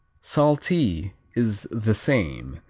saltee is the same,